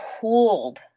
pulled